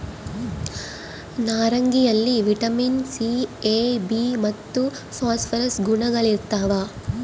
ನಾರಂಗಿಯಲ್ಲಿ vitamin C A B ಮತ್ತು phosphorus ಗುಣಗಳಿರ್ತಾವ